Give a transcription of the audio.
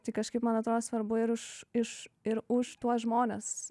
tai kažkaip man atrodo svarbu ir už iš ir už tuos žmones